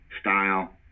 style